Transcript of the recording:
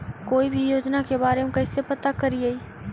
कोई भी योजना के बारे में कैसे पता करिए?